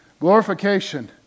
Glorification